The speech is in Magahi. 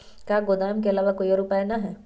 का गोदाम के आलावा कोई और उपाय न ह?